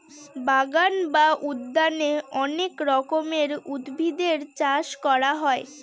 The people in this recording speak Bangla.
বাগান বা উদ্যানে অনেক রকমের উদ্ভিদের চাষ করা হয়